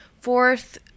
fourth